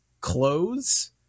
clothes